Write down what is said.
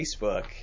Facebook